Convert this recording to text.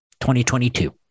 2022